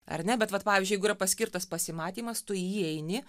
ar ne bet vat pavyzdžiui jeigu yra paskirtas pasimatymas tu į jį eini